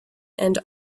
and